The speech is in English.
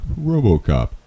Robocop